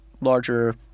larger